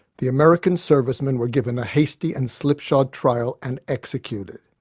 the american servicemen were given a hasty and slipshod trial and executed.